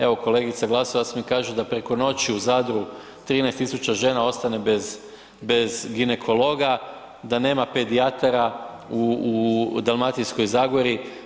Evo, kolegica Glasovac mi kaže da preko noći u Zadru 13000 žena ostane bez, bez ginekologa, da nema pedijatara u, u Dalmatinskoj zagori.